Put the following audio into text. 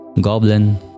Goblin